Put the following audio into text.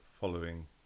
following